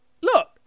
look